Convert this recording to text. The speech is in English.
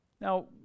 Now